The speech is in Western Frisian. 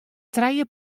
trije